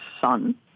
son